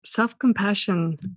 self-compassion